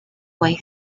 way